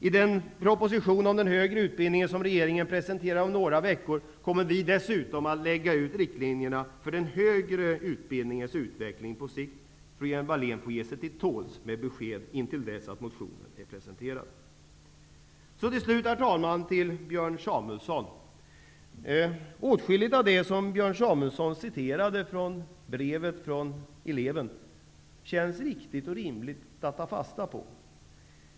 I den proposition om den högre utbildningen som regeringen kommer att presentera om några veckor kommer vi dessutom att lägga ut riktlinjerna för den högre utbildningens utveckling på sikt. Så Lena Hjelm-Wallén får ge sig till tåls med besked tills propositionen är presenterad. Allra sist till Björn Samuelson. Åtskilligt av det som Björn Samuelson citerade ur brevet från eleven känns riktigt och rimligt att ta fasta på.